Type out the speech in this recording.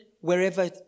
wherever